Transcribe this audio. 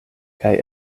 kaj